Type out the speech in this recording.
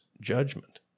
judgment